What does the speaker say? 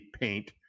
paint